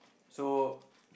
so